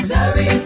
Sorry